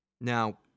Now